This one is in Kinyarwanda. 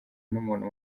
n’umuntu